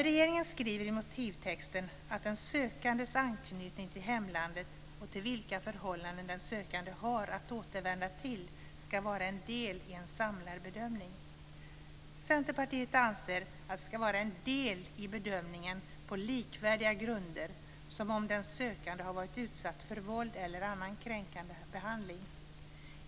Regeringen skriver i motivtexten att den sökandes anknytning till hemlandet och de förhållanden som den sökande har att återvända till ska vara en del i en samlad bedömning. Centerpartiet anser att det ska vara en del i bedömningen på samma sätt som om den sökande har varit utsatt för våld eller annan kränkande behandling.